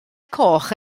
coch